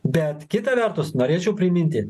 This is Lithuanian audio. bet kita vertus norėčiau priminti